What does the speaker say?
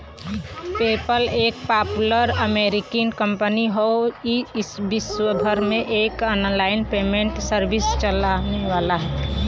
PayPal एक popular American company हौ ई विश्वभर में एक आनलाइन पेमेंट सर्विस चलावेला